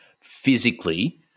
physically